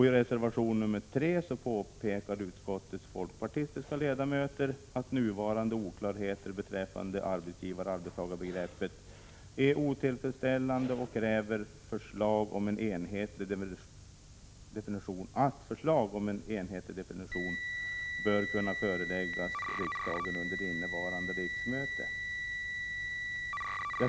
I reservation 3 påpekar utskottets folkpartistiska ledamöter att nuvarande oklarheter beträffande arbetsgivar-arbetstagar-begreppet är otillfredsställande och kräver att förslag om en enhetlig definition bör kunna föreläggas riksdagen under innevarande riksmöte.